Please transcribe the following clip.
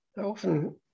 Often